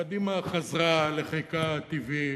קדימה חזרה לחיקה הטבעי,